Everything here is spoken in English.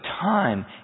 time